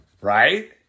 right